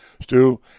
Stu